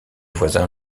voisins